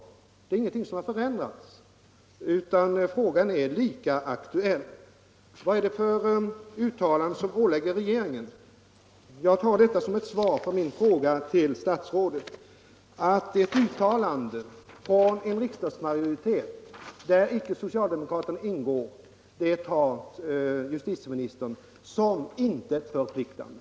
Ja, — partier det är ingenting som har förändrats, utan frågan är lika aktuell. Justitieministern frågar: Vad är det för uttalande som ålägger regeringen att göra någonting? Jag tar detta som ett svar på min fråga till statsrådet, att ett uttalande från en riksdagsmajoritet, där icke socialdemokraterna ingår, uppfattar justitieministern som till intet förpliktande.